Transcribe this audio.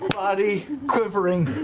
body quivering,